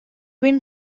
been